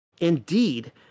Indeed